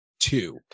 Two